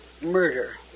murder